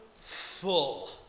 full